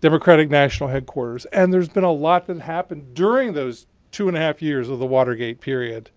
democratic national headquarters, and there's been a lot that happened during those two and a half years of the watergate period.